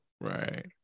Right